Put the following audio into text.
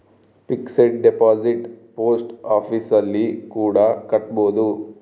fixed deposit post office ಅಲ್ಲಿ ಕೂಡ ಕಟ್ಬೋದು